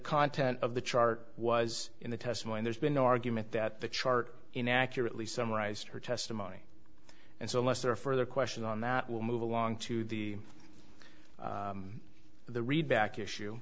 content of the chart was in the testimony there's been no argument that the chart inaccurately summarized her testimony and so unless there are further questions on that will move along to the the read back issue